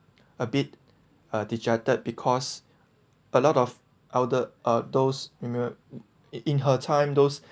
a bit a dejected because a lot of elder uh those immun ~ in in her time those